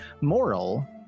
Moral